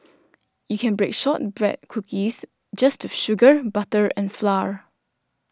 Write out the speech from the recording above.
you can bake Shortbread Cookies just with sugar butter and flour